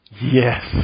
Yes